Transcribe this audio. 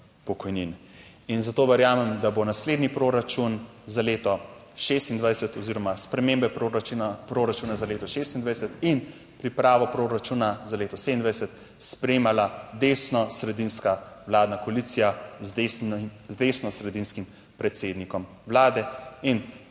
In zato verjamem, da bo naslednji proračun za leto 2026 oziroma spremembe proračuna za leto 2026 in pripravo proračuna za leto 2027 sprejemala desnosredinska vladna koalicija z desnosredinskim predsednikom vlade